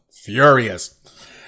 furious